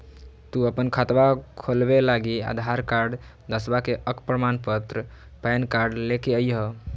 तू अपन खतवा खोलवे लागी आधार कार्ड, दसवां के अक प्रमाण पत्र, पैन कार्ड ले के अइह